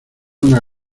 una